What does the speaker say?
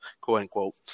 quote-unquote